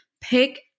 pick